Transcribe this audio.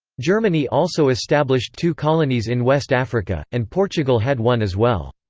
germany also established two colonies in west africa, and portugal had one as well.